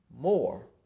more